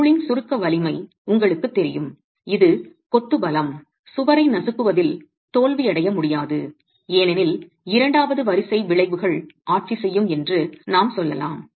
பொருளின் சுருக்க வலிமை உங்களுக்குத் தெரியும் இது கொத்து பலம் சுவரை நசுக்குவதில் தோல்வியடைய முடியாது ஏனெனில் இரண்டாவது வரிசை விளைவுகள் ஆட்சி செய்யும் என்று நாம் சொல்லலாம்